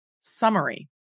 Summary